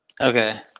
okay